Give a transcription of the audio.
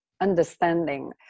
understanding